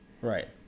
Right